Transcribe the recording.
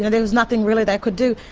there was nothing really they could do.